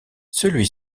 celui